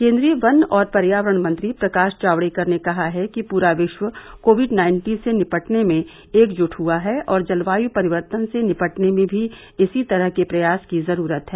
केन्द्रीय वन और पर्यावरण मंत्री प्रकाश जावडेकर ने कहा है कि पूरा विश्व कोविड नाइन्टीन से निपटने में एकजुट हुआ है और जलवाय परिवर्तन से निपटने में भी इसी तरह के प्रयास की जरूरत है